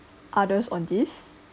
others on this